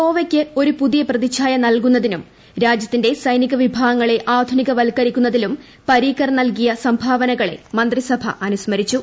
ഗോവയ്ക്ക് ഒരു പുതിയ പ്രതിഛായ നൽകുന്നതിനും രാജ്യത്തിന്റെ സൈനിക വിഭാഗങ്ങളെ ആധുനികവൽക്കരിക്കുന്നതിലും പരീക്കർ നൽകിയ സംഭാവനകളെ മന്ത്രിസഭ അനുസ്മരിച്ചു